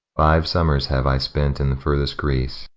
five summers have i spent in farthest greece,